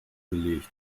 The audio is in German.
gelegt